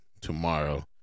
tomorrow